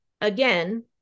again